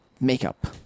Makeup